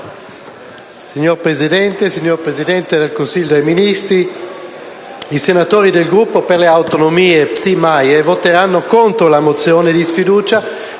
Signor Presidente, signor Presidente del Consiglio dei ministri, i senatori del Gruppo Per le Autonomie-PSI-MAIE voteranno contro la mozione di sfiducia